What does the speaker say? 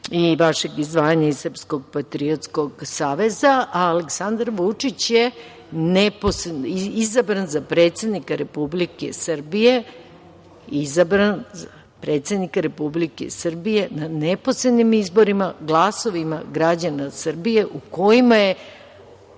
i vašeg izdvajanja iz Srpskog patriotskog saveza. Aleksandar Vučić je izabran za predsednika Republike Srbije na neposrednim izborima glasovima građana Srbije u kojima je